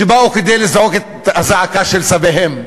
שבאו כדי לזעוק את הזעקה של סביהן.